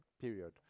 period